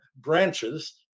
branches